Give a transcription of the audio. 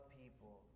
people